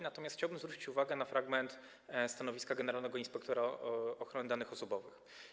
Natomiast chciałbym zwrócić uwagę na fragment stanowiska generalnego inspektora ochrony danych osobowych.